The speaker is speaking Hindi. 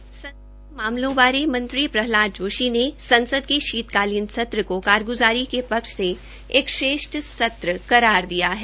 संसदीय मामलों बारे मंत्री प्रल्हाद जोशी ने संसद के शीतकालीन संत्र को कारगुजारी के पक्ष से एक सर्वश्रेष्ठ सत्र करार दिया है